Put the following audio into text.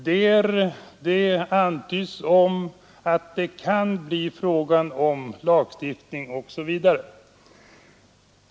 Där antyds att det kan bli fråga om lagstiftning.